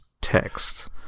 text